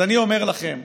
אז אני אומר לכם,